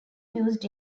used